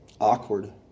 awkward